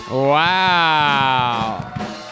Wow